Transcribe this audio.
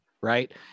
right